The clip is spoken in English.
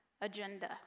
agenda